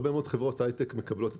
הרבה מאוד חברות הייטק בישראל מקבלות את